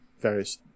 various